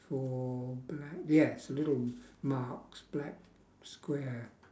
four black yes little marks black square